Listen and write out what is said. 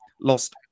lost